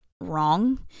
wrong